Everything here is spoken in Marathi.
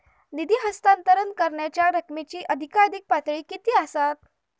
निधी हस्तांतरण करण्यांच्या रकमेची अधिकाधिक पातळी किती असात?